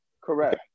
Correct